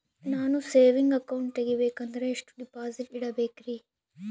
ನಾನು saving account ತೆಗಿಬೇಕಂದರ ಎಷ್ಟು ಡಿಪಾಸಿಟ್ ಇಡಬೇಕ್ರಿ?